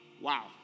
Wow